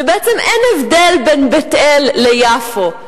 שבעצם אין הבדל בין בית-אל ליפו,